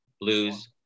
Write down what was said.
blues